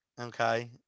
Okay